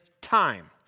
time